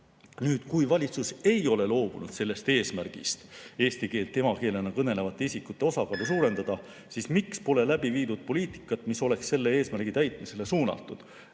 Kui valitsus ei ole loobunud eesmärgist eesti keelt emakeelena kõnelevate isikute osakaalu suurendada, siis miks pole läbi viidud poliitikat, mis oleks selle eesmärgi täitmisele suunatud?